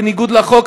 בניגוד לחוק,